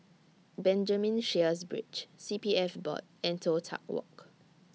Benjamin Sheares Bridge C P F Board and Toh Tuck Walk